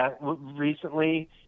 recently